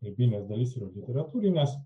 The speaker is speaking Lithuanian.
kalbinės dalis ir literatūrinės